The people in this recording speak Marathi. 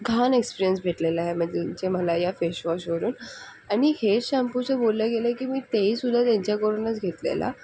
घाण एक्सपेरिअंस भेटलेला आहे म्हणजे मला या फेसवॉशवरुन आणि हे शांम्पूचं बोललं गेलं की मी तेही सुद्धा त्यांच्याकडूनच घेतलेला